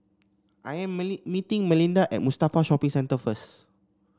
I am meeting Malinda at Mustafa Shopping Centre first